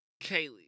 Kaylee